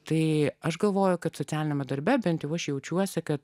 tai aš galvoju kad socialiniame darbe bent jau aš jaučiuosi kad